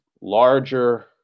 larger